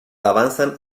avanzan